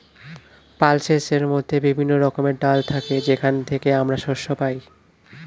পালসেসের মধ্যে বিভিন্ন রকমের ডাল থাকে যেখান থেকে আমরা শস্য পাই